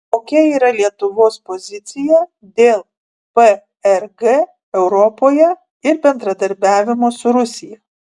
kokia yra lietuvos pozicija dėl prg europoje ir bendradarbiavimo su rusija